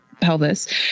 pelvis